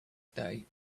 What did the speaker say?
day